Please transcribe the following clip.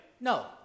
No